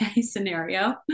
scenario